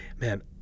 man